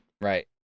Right